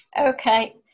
Okay